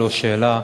לא שאלה.